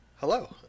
Hello